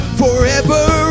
forever